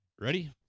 ready